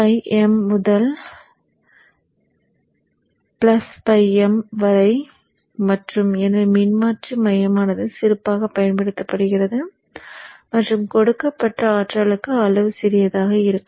m முதல் m வரை மற்றும் எனவே மின்மாற்றி மையமானது சிறப்பாகப் பயன்படுத்தப்படுகிறது மற்றும் கொடுக்கப்பட்ட ஆற்றலுக்கு அளவு சிறியதாக இருக்கும்